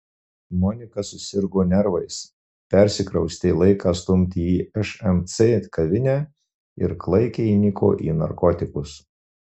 monika susirgo nervais persikraustė laiką stumti į šmc kavinę ir klaikiai įniko į narkotikus